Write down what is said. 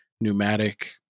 pneumatic